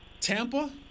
Tampa